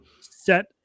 set